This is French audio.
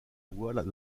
voie